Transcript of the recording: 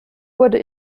wurde